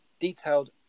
detailed